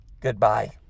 Goodbye